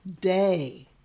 day